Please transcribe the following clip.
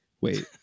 Wait